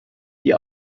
die